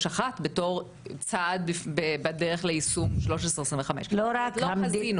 בתור צעד בדרך ליישום 1325. לא רק,